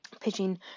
pitching